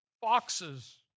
foxes